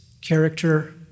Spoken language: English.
character